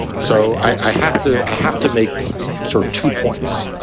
so i have to i have to make sort of two points.